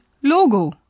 logo